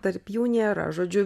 tarp jų nėra žodžiu